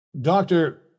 Doctor